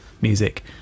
music